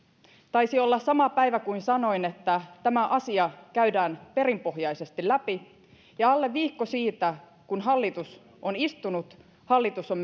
taisi olla sama päivä kun sanoin että tämä asia käydään perinpohjaisesti läpi ja alle viikko siitä kun hallitus on istunut hallitus on